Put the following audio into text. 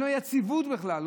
אין לו יציבות בכלל,